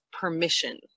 permission